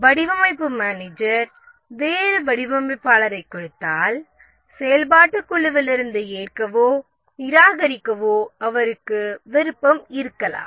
வடிவமைப்பு மேனேஜர் வேறு வடிவமைப்பாளரைக் கொடுத்தால் செயல்பாட்டுக் குழுவிலிருந்து ஏற்கவோ நிராகரிக்கவோ அவருக்கு விருப்பம் இருக்கலாம்